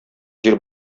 җир